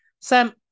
Sam